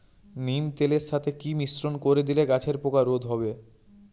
নিম তেলের সাথে কি মিশ্রণ করে দিলে গাছের পোকা রোধ হবে?